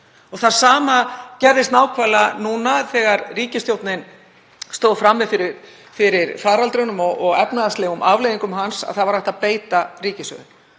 Það sama gerðist nákvæmlega núna þegar ríkisstjórnin stóð frammi fyrir faraldrinum og efnahagslegum afleiðingum hans, það var hægt að beita ríkissjóði